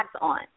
on